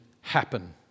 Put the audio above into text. happen